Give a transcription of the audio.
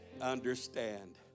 Understand